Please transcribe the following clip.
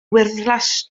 wyrddlas